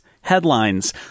headlines